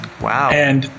Wow